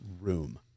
room